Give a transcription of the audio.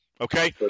Okay